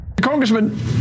Congressman